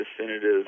definitive